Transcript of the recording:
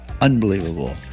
Unbelievable